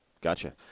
Gotcha